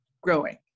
growing